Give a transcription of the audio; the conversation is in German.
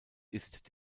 ist